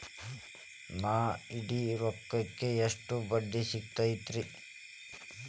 ನಾ ಇಡೋ ರೊಕ್ಕಕ್ ಎಷ್ಟ ಬಡ್ಡಿ ಸಿಕ್ತೈತ್ರಿ?